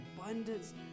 abundance